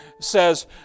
says